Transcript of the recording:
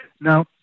Now